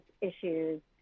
issues